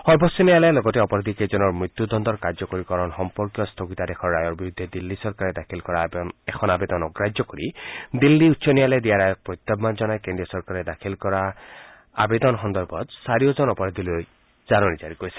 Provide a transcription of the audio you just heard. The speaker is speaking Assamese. সৰ্বোচ্চ ন্যায়ালয়ে লগতে অপৰাধীকেইজনৰ মৃত্যুদণ্ডৰ কাৰ্যকৰীকৰণ সম্পৰ্কীয় স্থগিতাদেশৰ ৰায়ৰ বিৰুদ্ধে দিল্লী চৰকাৰে দাখিল কৰা এখন আবেদন অগ্ৰাহ্য কৰি দিল্লী উচ্চ ন্যায়ালয়ে দিয়া ৰায়ক প্ৰত্যাহ্বান জনাই কেন্দ্ৰীয় চৰকাৰে দাখিল কৰা চাৰিওগৰাকী অপৰাধীলৈ জাননী জাৰি কৰিছে